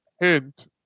hint